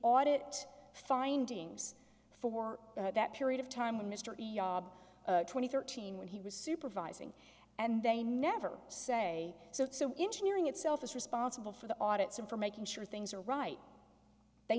audit findings for that period of time when mister twenty thirteen when he was supervising and they never say so so interviewing itself is responsible for the audits and for making sure things are right they